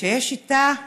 שיש איתה תנאי,